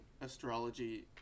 astrology